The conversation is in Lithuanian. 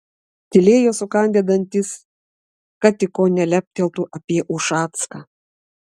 tylėjo sukandę dantis kad tik ko neleptelėtų apie ušacką